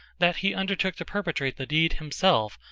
that he undertook to perpetrate the deed himself,